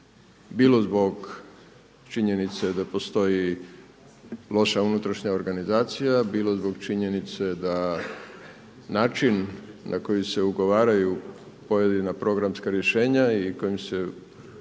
bilo zbog činjenice da postoji loša unutrašnja organizacija, bilo zbog činjenice da način na koji se ugovaraju pojedina programska rješenja i kojim se ugovaraju